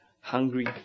hungry